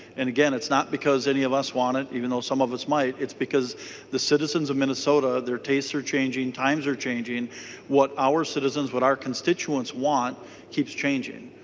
and again it's not because any of us want it even though some of us might. it's because the citizens of minnesota taser changing times are changing what our citizens what our constituents want keeps changing.